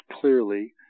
clearly